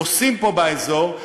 עושים פה באזור,